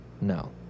No